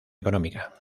económica